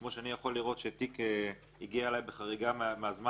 כמו שאני יכול לראות שתיק הגיע אלי בחריגה מהזמן